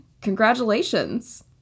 congratulations